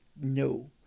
no